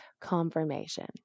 confirmation